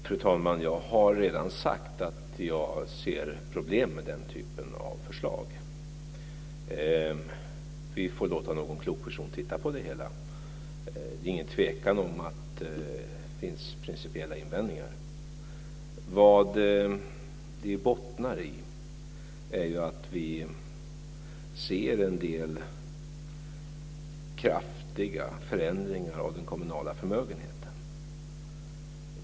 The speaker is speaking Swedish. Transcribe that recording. Fru talman! Jag har redan sagt att jag ser problem med den typen av förslag. Vi får låta någon klok person titta på det hela. Det är ingen tvekan om att det finns principiella invändningar. Vad det bottnar i är ju att vi ser en del kraftiga förändringar av den kommunala förmögenheten.